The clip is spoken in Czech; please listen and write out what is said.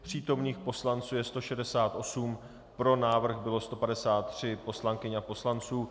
Přítomných poslanců je 168, pro návrh bylo 153 poslankyň a poslanců.